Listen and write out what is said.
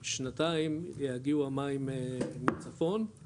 כשנתיים יגיעו המים מצפון.